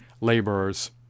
laborers